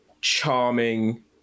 charming